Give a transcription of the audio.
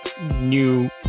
new